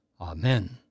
Amen